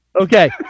Okay